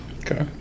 okay